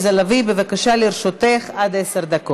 זו בושה, חרפה, חסר תרבות.